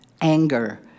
anger